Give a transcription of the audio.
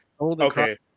okay